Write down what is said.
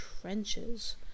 trenches—